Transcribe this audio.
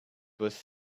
was